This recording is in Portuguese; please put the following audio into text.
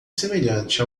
semelhante